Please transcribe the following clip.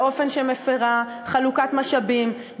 באופן שהיא מפירה חלוקת משאבים,